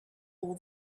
all